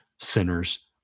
sinners